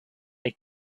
they